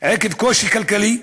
עקב קושי כלכלי,